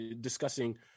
discussing